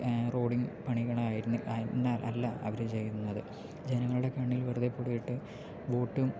റോഡിൻ്റെ പണികൾ ആയിരുന്നു അല്ല അവർ ചെയ്യുന്നത് ജനങ്ങളുടെ കണ്ണിൽ വെറുതെ പൊടിയിട്ട് വോട്ടും